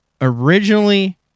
originally